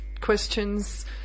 questions